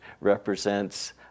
represents